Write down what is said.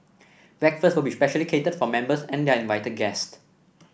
breakfast will be specially catered for members and their invited guest